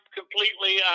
completely